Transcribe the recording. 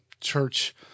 church